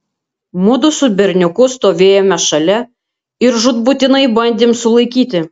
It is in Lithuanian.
mudu su berniuku stovėjome šalia ir žūtbūtinai bandėm sulaikyti